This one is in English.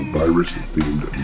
virus-themed